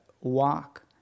walk